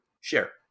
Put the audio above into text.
share